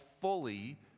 fully